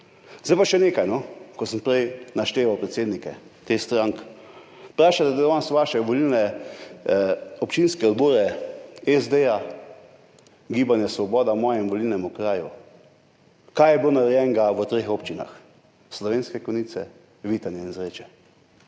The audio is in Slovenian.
Zdaj pa še nekaj, ko sem prej našteval predsednike teh strank, vprašajte danes vaše volilne občinske odbore SD, Gibanje Svoboda v mojem volilnem okraju, kaj je bilo narejenega v treh občinah Slovenske Konjice, Vitanje in Zreče